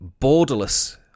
borderless